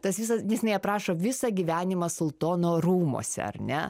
tas visas nes jinai aprašo visą gyvenimą sultono rūmuose ar ne